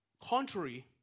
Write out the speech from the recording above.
Contrary